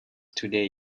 today